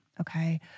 okay